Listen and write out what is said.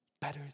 better